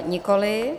Nikoliv.